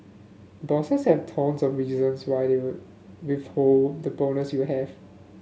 bosses have tons of reasons why they will withhold the bonus you have